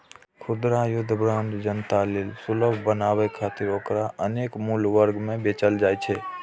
खुदरा युद्ध बांड के जनता लेल सुलभ बनाबै खातिर ओकरा अनेक मूल्य वर्ग मे बेचल जाइ छै